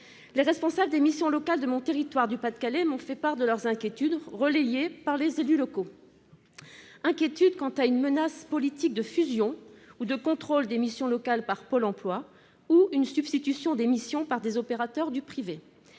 Les responsables des missions locales de mon territoire du Pas-de-Calais m'ont fait part de leurs inquiétudes, relayées également par les élus locaux. Ils craignent une menace politique de fusion ou de contrôle des missions locales par Pôle emploi, ou encore une reprise des missions par des opérateurs du